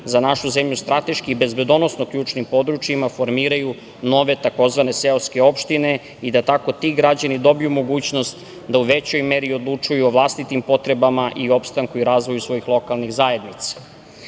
za našu zemlju strateški i bezbednosno ključnim područjima formiraju nove tzv. seoske opštine i da tako ti građani dobiju mogućnost da u većoj meri odlučuju o vlastitim potrebama i opstanku i razvoju svojih lokalnih zajednica? Iz